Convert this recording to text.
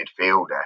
midfielder